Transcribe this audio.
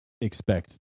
expect